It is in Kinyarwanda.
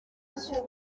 byo